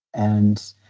and,